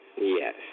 Yes